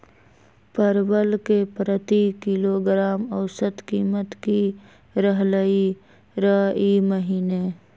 परवल के प्रति किलोग्राम औसत कीमत की रहलई र ई महीने?